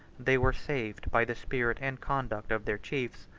they were saved by the spirit and conduct of their chiefs.